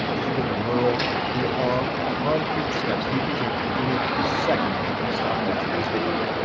urban or rural there are concrete steps you can take beginning the second you stop watching this video.